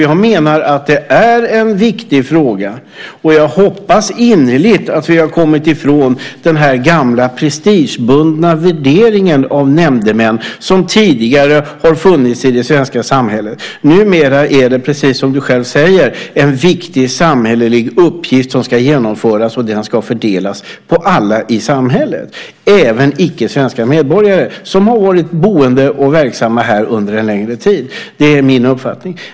Jag menar att det är en viktig fråga, och jag hoppas innerligt att vi har kommit ifrån den gamla prestigebundna värderingen av nämndemän som tidigare har funnits i det svenska samhället. Numera är det, precis som du själv säger, en viktig samhällelig uppgift som ska utföras. Den ska fördelas på alla i samhället, även icke svenska medborgare som har varit boende och verksamma här under en längre tid. Det är min uppfattning.